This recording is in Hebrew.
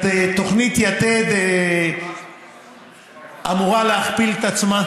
תוכנית יתד אמורה להכפיל את עצמה,